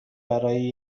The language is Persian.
برای